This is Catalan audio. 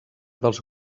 dels